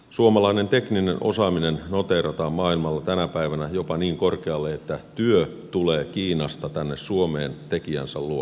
suomalainen tekninen osaaminen noteerataan maailmalla tänä päivänä jopa niin korkealle että työ tulee kiinasta tänne suomeen tekijänsä luo